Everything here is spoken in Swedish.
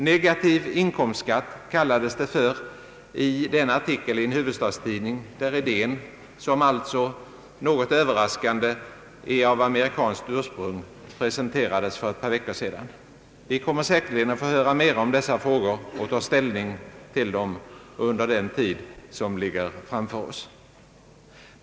Negativ inkomstskatt kallades det för i den artikel i en huvudstadstidning där idén, som alltså något överraskande är av amerikanskt ursprung, presenterades för ett par veckor sedan, Vi kommer säkerligen att få höra mer om dessa frågor och ta ställning till dem under den tid som ligger framför oss.